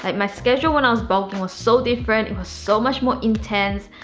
like my schedule when i was bulking was so different it was so much more intense.